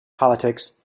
politics